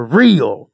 real